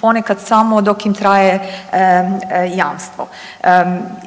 ponekad samo dok im traje jamstvo.